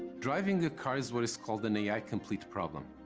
driving the car is what is called an a i. complete problem.